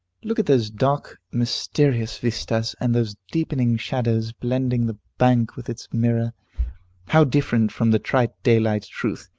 look at those dark, mysterious vistas, and those deepening shadows blending the bank with its mirror how different from the trite daylight truth!